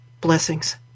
blessings